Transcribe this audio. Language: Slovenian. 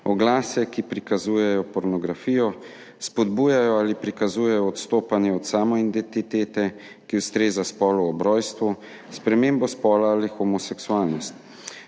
oglase, ki prikazujejo pornografijo, spodbujajo ali prikazujejo odstopanje od samoidentitete, ki ustreza spolu ob rojstvu, spremembo spola ali homoseksualnost.